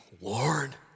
Lord